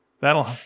that'll